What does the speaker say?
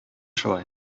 шулай